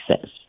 says